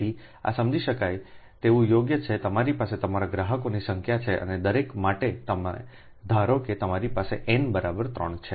તેથી આ સમજી શકાય તેવું યોગ્ય છે તમારી પાસે તમારા ગ્રાહકોની સંખ્યા છે અને દરેક માટે તમે ધારો કે તમારી પાસે n બરાબર 3 છે